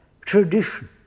tradition